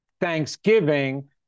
Thanksgiving